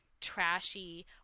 Trashy